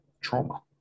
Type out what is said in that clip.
trauma